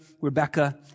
Rebecca